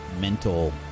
mental